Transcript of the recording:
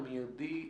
המיידי,